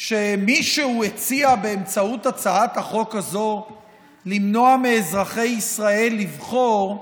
שמישהו הציע באמצעות הצעת החוק הזו למנוע מאזרחי ישראל לבחור?